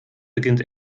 beginnt